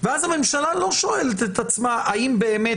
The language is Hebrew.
ואז הממשלה לא שואלת את עצמה האם באמת